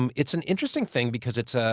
um it's an interesting thing because it's ah